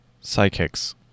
psychics